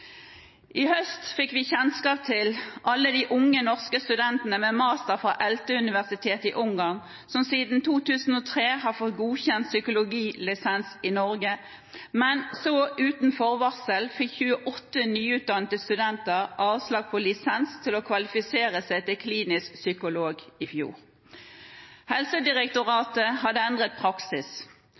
I høst fikk vi kjennskap til alle de unge norske studentene med master fra universitetet ELTE i Ungarn, som siden 2003 har fått godkjent psykologlisens i Norge. Men så uten forvarsel fikk 28 nyutdannede studenter i fjor avslag på lisens til å kvalifisere seg til klinisk psykolog. Helsedirektoratet hadde endret praksis.